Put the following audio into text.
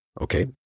okay